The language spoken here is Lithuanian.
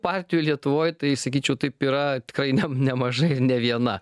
partijų lietuvoj tai sakyčiau taip yra tikrai ne nemažai ir ne viena